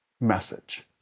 message